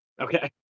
Okay